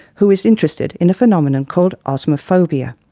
who is interested in a phenomenon called osmophobia.